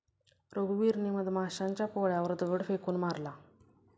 रघुवीरने मधमाशांच्या पोळ्यावर दगड फेकून मारला